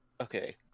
Okay